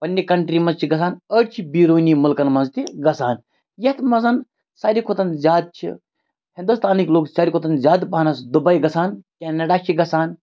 پَننہِ کَنٹری منٛز چھِ گژھان أڑۍ چھِ بیرونی مُلکَن مَنٛز تہِ گَژھان یَتھ منٛز ساروی کھۄتَن زیادٕ چھِ ہِندُستانٕکۍ لُکھ ساروی کھۄتَن زیادٕ پَہنَس دُباے گَژھان کینَڈا چھِ گَژھان